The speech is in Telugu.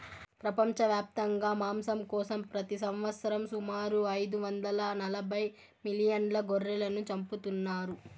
ప్రపంచవ్యాప్తంగా మాంసం కోసం ప్రతి సంవత్సరం సుమారు ఐదు వందల నలబై మిలియన్ల గొర్రెలను చంపుతున్నారు